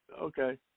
Okay